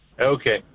Okay